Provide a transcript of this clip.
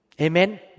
Amen